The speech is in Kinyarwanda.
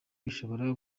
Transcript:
bishobora